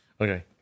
Okay